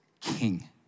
King